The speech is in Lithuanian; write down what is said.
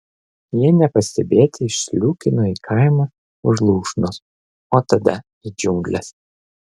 jie nepastebėti išsliūkino į kaimą už lūšnos o tada į džiungles